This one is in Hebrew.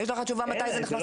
יש לך תשובה מתי זה נכנס לתוקף?